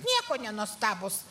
nieko nenuostabūs